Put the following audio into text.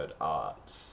Arts